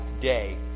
day